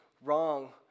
wrong